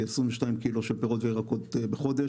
כ-22 קילו של פירות וירקות בחודש,